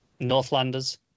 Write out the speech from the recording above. Northlanders